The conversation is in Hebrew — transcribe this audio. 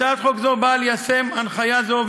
הצעת חוק זו באה ליישם הנחיה זו,